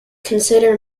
consider